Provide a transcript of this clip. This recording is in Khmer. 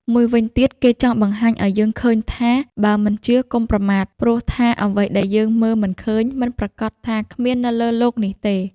មួយវិញទៀតគេចង់បង្ហាញឲ្យយើងឃើញថា បើមិនជឿកុំប្រមាថ ព្រោះថាអ្វីដែលយើងមើលមិនឃើញ មិនប្រាកដថាគ្មាននៅលើលោកនេះទេ។